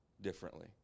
differently